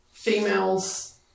Females